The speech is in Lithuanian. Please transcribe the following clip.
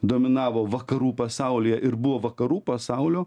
dominavo vakarų pasaulyje ir buvo vakarų pasaulio